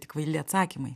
tik kvaili atsakymai